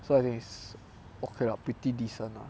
so I think is okay lah pretty decent lah